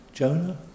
Jonah